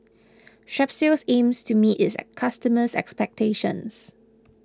Strepsils aims to meet its customers' expectations